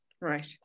right